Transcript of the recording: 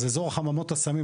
אז אזור חממות הסמים,